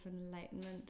enlightenment